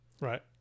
Right